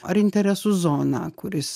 ar interesų zoną kuris